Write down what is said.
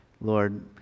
Lord